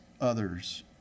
others